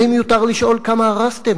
ואם יותר לשאול: כמה הרסתם?